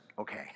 okay